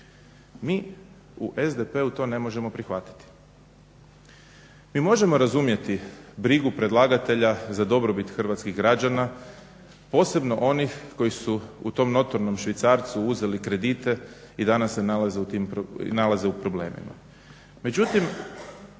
Mi u SDP-u to ne možemo prihvatiti. Mi možemo razumjeti brigu predlagatelja za dobrobit hrvatskih građana posebno onih koji su u tom notornom švicarcu uzeli kredite i danas se nalaze u problemima.